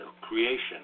creation